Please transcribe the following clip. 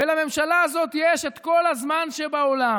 ולממשלה הזאת יש את כל הזמן שבעולם.